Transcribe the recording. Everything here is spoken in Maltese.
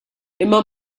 imma